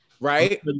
Right